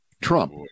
Trump